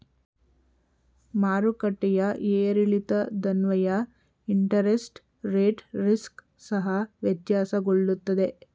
ಮಾರುಕಟ್ಟೆಯ ಏರಿಳಿತದನ್ವಯ interest rate risk ಸಹ ವ್ಯತ್ಯಾಸಗೊಳ್ಳುತ್ತದೆ